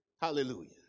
Hallelujah